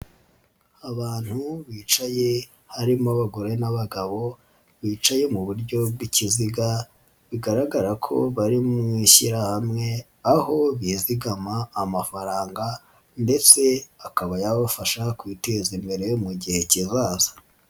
Abantu bicaye harimo abagore n'abagabo bicaye mu buryo bw'ikiziga bigaragara ko bari mu ishyirahamwe aho bizigama amafaranga ndetse akaba yabafasha kwiteza imbere mu gihe kizaza.